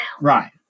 Right